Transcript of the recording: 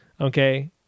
okay